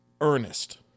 Ernest